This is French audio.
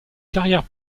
carrière